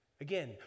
Again